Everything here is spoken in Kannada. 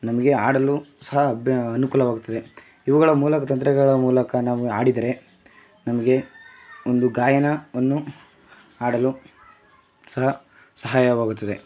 ನಮಗೆ ಆಡಲು ಸಹ ಅಬ್ ಅನುಕೂಲವಾಗುತ್ತದೆ ಇವುಗಳ ಮೂಲಕ ತಂತ್ರಗಳ ಮೂಲಕ ನಾವು ಆಡಿದರೆ ನಮಗೆ ಒಂದು ಗಾಯನವನ್ನು ಆಡಲು ಸಹ ಸಹಾಯವಾಗುತ್ತದೆ